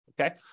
Okay